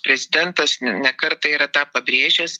prezidentas ne kartą yra tą pabrėžęs